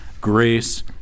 grace